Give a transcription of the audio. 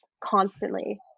constantly